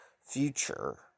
future